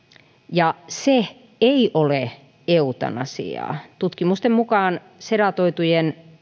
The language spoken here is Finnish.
ja se ei ole eutanasiaa tutkimusten mukaan sedatoitujen